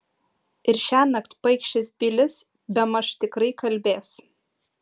ir šiąnakt paikšis bilis bemaž tikrai kalbės